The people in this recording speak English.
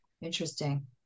Interesting